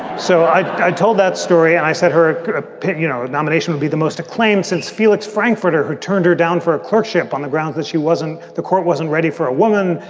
so i i told that story. i said her ah ah pick. you know, the nomination will be the most acclaimed since felix frankfurter, who turned her down for a clerkship on the grounds that she wasn't. the court wasn't ready for a woman.